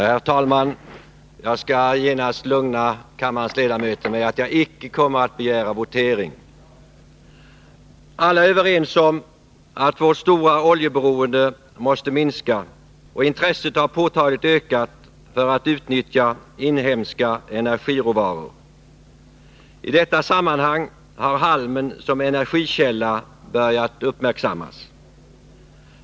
Herr talman! Jag skall genast lugna kammarens ledamöter med att jag icke kommer att begära votering. Alla är överens om att vårt stora oljeberoende måste minska, och intresset har påtagligt ökat för att utnyttja inhemska energiråvaror. I detta sammanhang har halmen som energikälla börjat uppmärksammas.